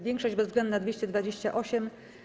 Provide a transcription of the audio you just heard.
Większość bezwzględna - 228.